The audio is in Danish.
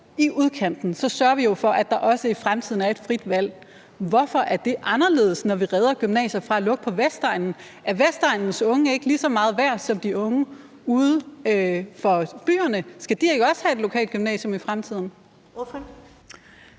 i udkanten, sørger vi jo for, at der også i fremtiden er et frit valg – hvorfor det er anderledes, end når vi redder gymnasier fra at lukke på Vestegnen. Er Vestegnens unge ikke lige så meget værd som de unge uden for byerne? Skal de ikke også have et lokalt gymnasium i fremtiden?